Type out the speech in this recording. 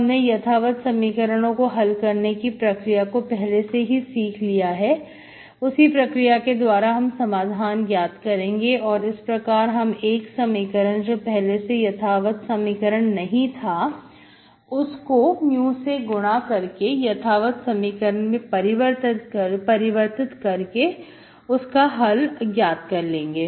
हमने यथावत समीकरणों को हल करने की प्रक्रिया को पहले ही सीख लिया है उसी प्रक्रिया के द्वारा समाधान ज्ञात करेंगे और इस प्रकार हम एक समीकरण जो पहले से यथावत समीकरण नहीं था उसको mu से गुणा करके यथावत समीकरण में परिवर्तित करके उसका हल ज्ञात कर लेंगे